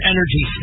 Energy